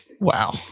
Wow